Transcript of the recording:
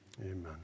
Amen